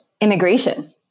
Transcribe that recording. Immigration